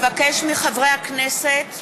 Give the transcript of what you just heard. אבקש מחברי הכנסת